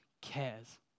cares